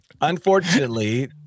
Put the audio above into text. Unfortunately